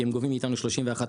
כי הם גובים מאיתנו 31%